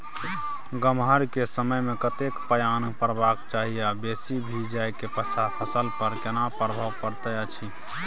गम्हरा के समय मे कतेक पायन परबाक चाही आ बेसी भ जाय के पश्चात फसल पर केना प्रभाव परैत अछि?